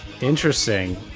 Interesting